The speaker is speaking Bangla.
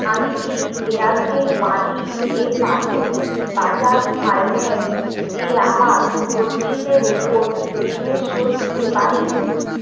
আমি কি এয়ারটেল মানি এর মাধ্যমে বাজাজ ফাইন্যান্স এ আমার গচ্ছিতের উপর ঋণের শোধ দিতে পারি